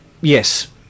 Yes